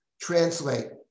translate